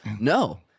No